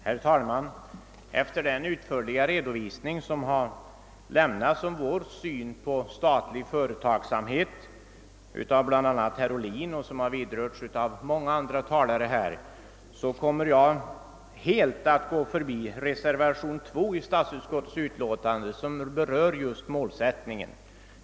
Herr talman! Efter den mycket utförliga redovisning för vår syn på målsättningen för den statliga verksamheten som har lämnats av herr Ohlin och flera andra talare kommer jag att helt gå förbi reservation 2 i statsutskottets utlåtande nr 168, som berör just målsättningen.